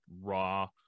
raw